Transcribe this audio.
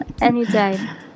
anytime